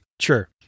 Sure